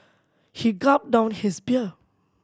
he gulped down his beer